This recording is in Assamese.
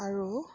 আৰু